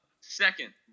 Second